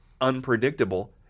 unpredictable